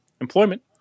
employment